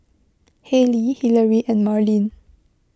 Hailey Hillery and Marlin